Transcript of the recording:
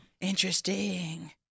Interesting